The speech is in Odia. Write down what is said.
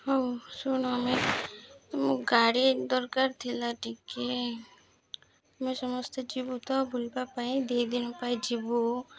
ହଉ ଶୁଣୁ ଆମେ ତମ ଗାଡ଼ି ଦରକାର ଥିଲା ଟିକେ ତମେ ସମସ୍ତେ ଯିବୁ ତ ବୁଲିବା ପାଇଁ ଦୁଇ ଦିନ ପାଇଁ ଯିବୁ